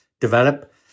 develop